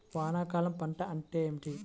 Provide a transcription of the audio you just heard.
వానాకాలం పంట అంటే ఏమిటి?